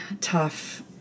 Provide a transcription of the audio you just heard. tough